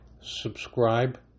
subscribe